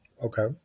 Okay